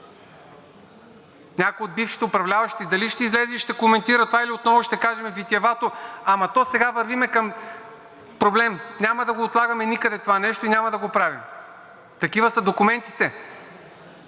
Някой от бившите управляващи дали ще излезе и ще коментира това, или отново ще кажем витиевато: „Ама, то сега вървим към проблем. Няма да го отлагаме никъде това нещо и няма да го правим.“ Такива са документите!